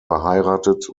verheiratet